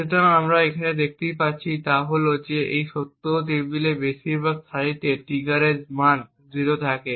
সুতরাং আমরা এতে যা দেখতে পাই তা হল এই সত্য টেবিলের বেশিরভাগ সারিতে ট্রিগারের মান 0 থাকে